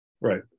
right